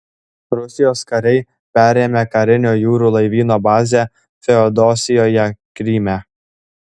rusijos kariai perėmė karinio jūrų laivyno bazę feodosijoje kryme